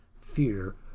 fear